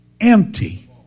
empty